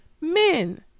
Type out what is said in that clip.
Men